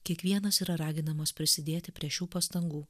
kiekvienas yra raginamas prisidėti prie šių pastangų